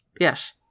Yes